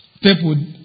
people